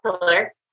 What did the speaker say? pillar